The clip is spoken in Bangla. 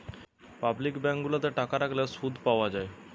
পাবলিক বেঙ্ক গুলাতে টাকা রাখলে শুধ পাওয়া যায়